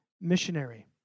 missionary